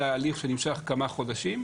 היה הליך שנמשך כמה חודשים.